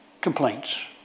complaints